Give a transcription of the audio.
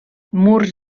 murs